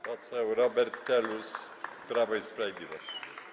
Poseł Robert Telus, Prawo i Sprawiedliwość.